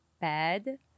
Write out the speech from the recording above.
bad